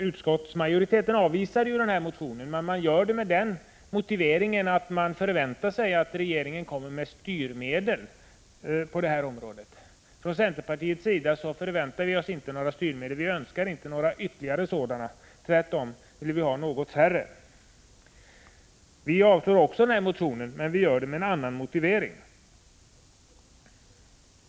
Utskottsmajoriteten avstyrker motionen, men gör det med motiveringen att man förväntar sig att regeringen skall anvisa styrmedel på det här området. Vi i centerpartiet önskar inte några ytterligare styrmedel. Vi vill tvärtom ha något färre sådana. Också vi yrkar avslag på motionen, men vi gör det med en annan motivering.